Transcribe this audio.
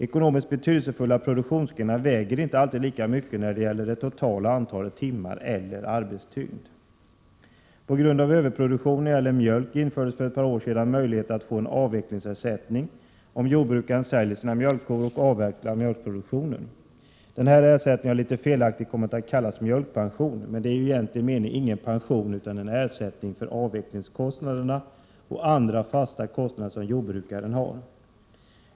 Ekonomiskt betydelsefulla produktionsgrenar väger inte alltid lika mycket när det gäller det totala antalet timmar eller arbetstyngden. På grund av överproduktionen av mjölk infördes för ett par år sedan möjligheter för jordbrukaren att få en avvecklingsersättning om han säljer gråstarrsoperationer. När de ekonomiska resurserna nu inte räcker till för alla angelägna sina mjölkkor och avvecklar mjölkproduktionen. Denna ersättning har litet Prot. 1987/88:123 felaktigt kommit att kallas mjölkpension. Den är ju i egentlig mening ingen 19 maj 1988 pension, utan en ersättning för avvecklingskostnader och andra fasta kostnader som jordbrukare har.